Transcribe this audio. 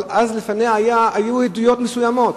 אבל אז לפניה היו עדויות מסוימות.